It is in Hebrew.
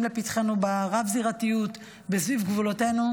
לפתחנו ברב-זירתיות וסביב גבולותינו,